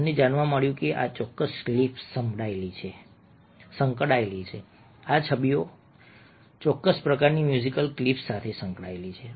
અમને જાણવા મળ્યું કે આ ચોક્કસ ક્લિપ્સ સંકળાયેલી હતી આ છબીઓ ચોક્કસ પ્રકારની મ્યુઝિકલ ક્લિપ્સ સાથે સંકળાયેલી હતી